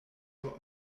nur